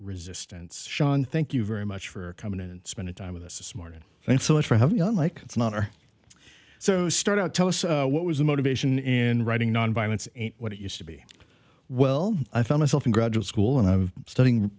resistance sean thank you very much for coming in and spending time with us this morning thanks so much for having me on like it's not our so start out tell us what was the motivation in writing nonviolence and what it used to be well i found myself in graduate school and i was studying